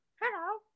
Hello